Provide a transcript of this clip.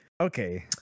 Okay